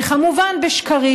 וכמובן בשקרים.